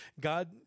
God